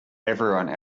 everyone